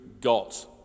got